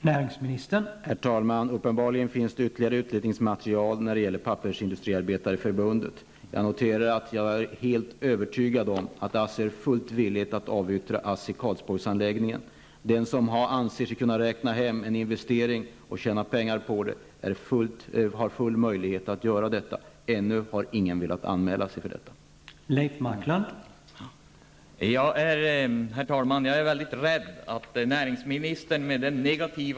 Herr talman! Uppenbarligen finns det ytterligare utredningsmaterial hos Pappersindustriarbetareförbundet. Jag vill framhålla att jag är helt övertygad om att ASSI är fullt villigt att avyttra ASSIs Karlsborgsanläggning. Den som anser sig kunna räkna fram att man kan tjäna pengar på en investering har full möjlighet att genomföra ett sådant projekt. Ännu har ingen anmält sig för att göra detta.